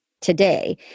today